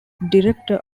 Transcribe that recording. director